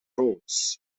roads